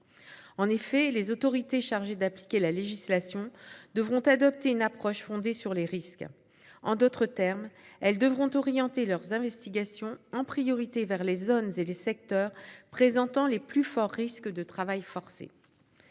En effet, les autorités chargées d'appliquer la législation devront adopter une approche fondée sur les risques. En d'autres termes, elles devront orienter leurs investigations en priorité vers les zones et les secteurs présentant les plus forts risques de travail forcé.